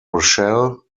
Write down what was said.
rochelle